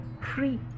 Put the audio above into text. free